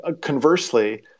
conversely